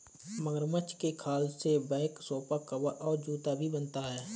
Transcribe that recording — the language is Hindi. मगरमच्छ के खाल से बैग सोफा कवर और जूता भी बनता है